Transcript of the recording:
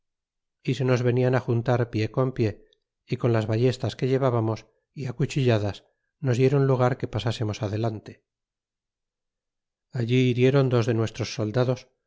y se nos venían juntar pie con pie y con las ballestas que llevábamos y cuchilladas nos diéron lugar que pasasemos adelante y allí hiriron dos de nuestros soldados